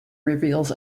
reveals